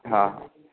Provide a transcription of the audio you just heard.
હા હા